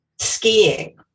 skiing